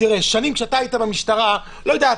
שנים כשאתה היית במשטרה לא יודע,